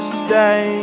stay